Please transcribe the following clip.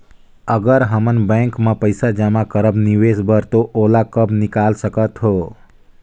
अगर हमन बैंक म पइसा जमा करब निवेश बर तो ओला कब निकाल सकत हो?